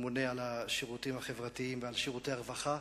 הממונה על השירותים החברתיים ועל שירותי הרווחה.